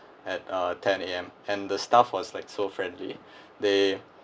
at uh ten A_M and the staff was like so friendly they